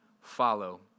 Follow